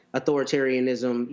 authoritarianism